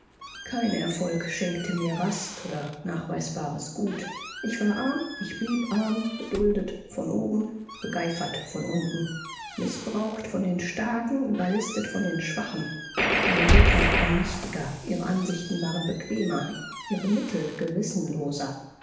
kein erfolg schenkte mir rast oder nachweisbares gut ich war arm ich blieb arm geduldet von oben begeifert von unten mißbraucht von den starken überlistet von den schwachen meine gegner waren mächtiger ihre ansichten waren bequemer ihre mittel gewissenlos